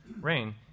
rain